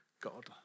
God